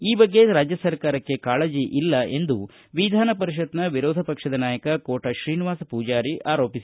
ಈ ಬಗ್ಗೆ ರಾಜ್ಯ ಸರಕಾರಕ್ಕೆ ಕಾಳಜಿಯಿಲ್ಲ ಎಂದು ವಿಧಾನಪರಿಷತ್ನ ವಿರೋಧ ಪಕ್ಷದ ನಾಯಕ ಕೋಟ ಶ್ರೀನಿವಾಸ ಪೂಜಾರಿ ಆರೋಪಿಸಿದ್ದಾರೆ